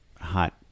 hot